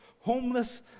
homeless